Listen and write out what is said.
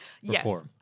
Yes